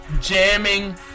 jamming